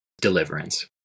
deliverance